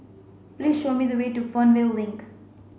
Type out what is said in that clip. please show me the way to Fernvale Link